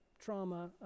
trauma